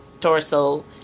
torso